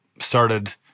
started